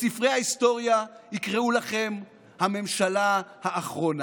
בספרי ההיסטוריה יקראו לכם "הממשלה האחרונה",